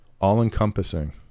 all-encompassing